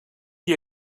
qui